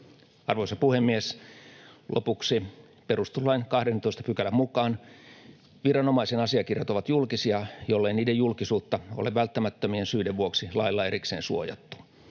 Arvoisa puhemies! Lopuksi: Perustuslain 12 §:n mukaan viranomaisen asiakirjat ovat julkisia, jollei niiden julkisuutta ole välttämättömien syiden vuoksi lailla erikseen suojattu.